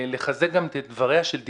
לחזק גם את דבריה של דקלה,